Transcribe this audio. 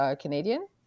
Canadian